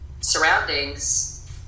surroundings